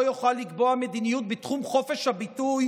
יוכל לקבוע מדיניות בתחום חופש הביטוי,